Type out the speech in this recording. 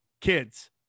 kids